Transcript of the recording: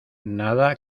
nada